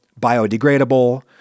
biodegradable